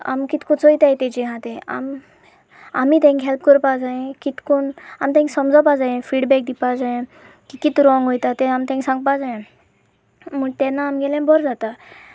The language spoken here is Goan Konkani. आमी कितको चोयताय ताचेर आसा तें आम आमी तेंकां हेल्प करपा जाय कितकोन आमी तांकां समजुवपा जायें फिडबॅक दिवपा जाय की कितें रोंग वयता तें आमी तांकां सांगपा जाय म्हूण तेन्ना आमगेलें बरें जाता